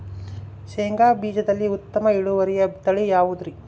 ಶೇಂಗಾ ಬೇಜದಲ್ಲಿ ಉತ್ತಮ ಇಳುವರಿಯ ತಳಿ ಯಾವುದುರಿ?